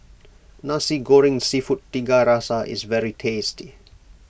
Nasi Goreng Seafood Tiga Rasa is very tasty